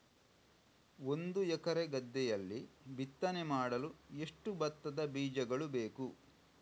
ಒಂದು ಎಕರೆ ಗದ್ದೆಯಲ್ಲಿ ಬಿತ್ತನೆ ಮಾಡಲು ಎಷ್ಟು ಭತ್ತದ ಬೀಜಗಳು ಬೇಕು?